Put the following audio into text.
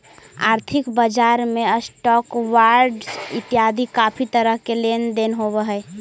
आर्थिक बजार में स्टॉक्स, बॉंडस इतियादी काफी तरह के लेन देन होव हई